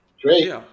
great